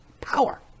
Power